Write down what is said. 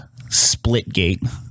Splitgate